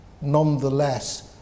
nonetheless